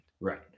right